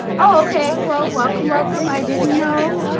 okay, well welcome welcome i didn't know